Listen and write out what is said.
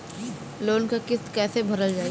Loan क किस्त कैसे भरल जाए?